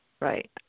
Right